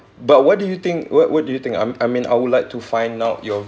but what do you think what what do you think um I mean I would like to find out your